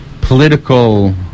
political